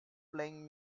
playing